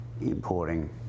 importing